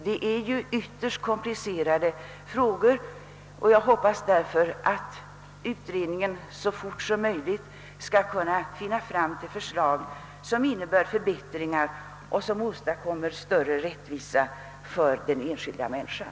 Dessa frågor är ytterst komplicerade och jag hoppas att kommittén det oaktat så snart som möjligt skall finna lösningar, som innebär förbättringar och åstadkommer större rättvisa för den enskilda människan.